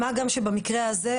במקרה הזה,